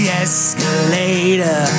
escalator